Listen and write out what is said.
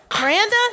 Miranda